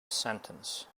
sentence